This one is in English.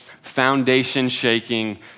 foundation-shaking